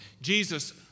Jesus